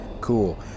Cool